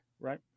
Right